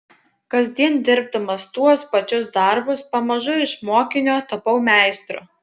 kasdien dirbdamas tuos pačius darbus pamažu iš mokinio tapau meistru